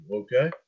okay